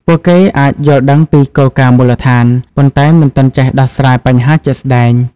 ពួកគេអាចយល់ដឹងពីគោលការណ៍មូលដ្ឋាន ប៉ុន្តែមិនទាន់ចេះដោះស្រាយបញ្ហាជាក់ស្តែង។